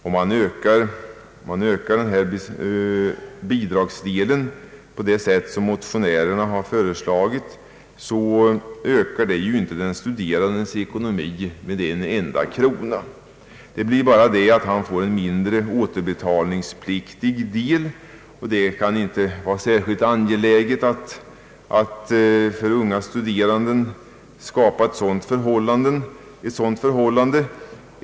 Om man ökar bidragsdelen på det sätt som motionärerna har föreslagit så förbättrar det inte den studerandes ekonomi med en enda krona. Det blir bara så att han får en mindre återbetalningspliktig del, och det kan inte vara särskilt angeläget att för unga studerande skapa ett sådant förhållande.